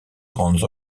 grandes